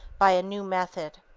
by a new method.